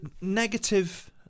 negative